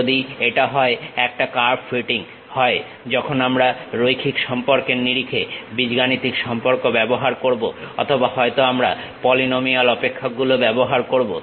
যদি এটা হয় একটা কার্ভ ফিটিং হয় আমরা রৈখিক সম্পর্কের নিরিখে বীজগাণিতিক সম্পর্ক ব্যবহার করবো অথবা হয়তো আমরা পলিনোমিয়াল অপেক্ষক গুলো ব্যবহার করবো